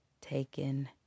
taken